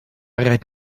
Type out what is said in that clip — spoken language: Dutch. rijdt